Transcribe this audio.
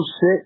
sit